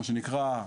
מה שנקרא,